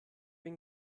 bin